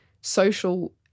social